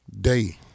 day